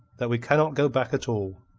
that we cannot go back at all.